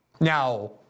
Now